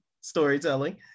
storytelling